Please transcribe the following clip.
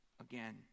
again